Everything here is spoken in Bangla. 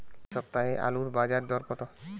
এ সপ্তাহে আলুর বাজারে দর কত?